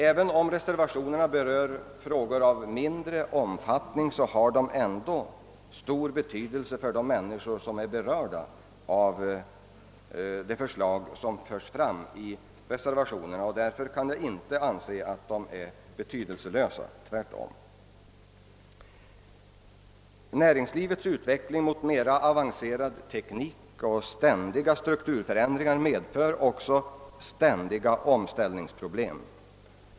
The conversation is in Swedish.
Även om reservationerna be rör frågor av mindre omfattning, har de ändå stor betydelse för de människor som får känning av de förslag som förs fram i dem. Därför kan jag inte anse dem vara betydelselösa. Tvärtom! Näringslivets utveckling mot en mera avancerad teknik och ständiga strukturförändringar medför också ständiga omställningsproblem.